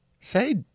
Say